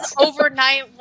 overnight